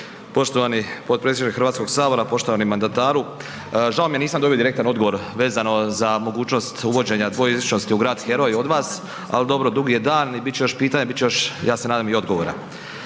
Poštovani potpredsjedniče Hrvatskog sabora, poštovani mandataru, žao mi je jer nisam dobio direktan odgovor vezano za mogućnost uvođenja dvojezičnosti u grad heroj od vas, ali dobro, dug je dan i bit će još pitanja, bit će još, aj se nadam i odgovora.